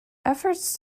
efforts